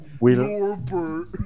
Norbert